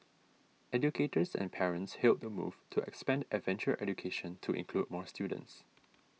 educators and parents hailed the move to expand adventure education to include more students